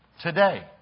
today